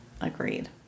agreed